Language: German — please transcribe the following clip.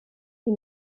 die